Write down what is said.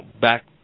back